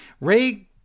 Ray